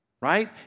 right